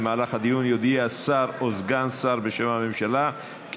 במהלך הדיון יודיע שר או סגן שר בשם הממשלה כי